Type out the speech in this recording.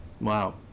Wow